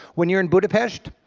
when you're in budapest,